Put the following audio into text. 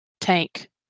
tank